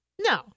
No